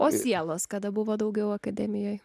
o sielos kada buvo daugiau akademijoje